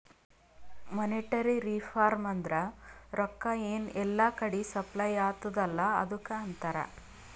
monetary reform ಅಂದುರ್ ರೊಕ್ಕಾ ಎನ್ ಎಲ್ಲಾ ಕಡಿ ಸಪ್ಲೈ ಅತ್ತುದ್ ಅಲ್ಲಾ ಅದುಕ್ಕ ಅಂತಾರ್